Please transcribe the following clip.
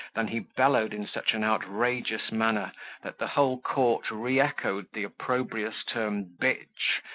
than he bellowed in such an outrageous manner that the whole court re-echoed the opprobrious term b,